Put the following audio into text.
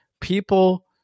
people